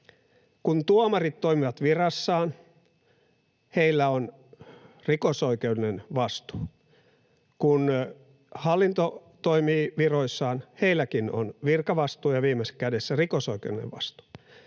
Kun tuomarit toimivat virassaan, heillä on rikosoikeudellinen vastuu. Kun hallinto toimii viroissaan, heilläkin on virkavastuu ja viime kädessä rikosoikeudellinen vastuu.